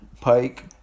pike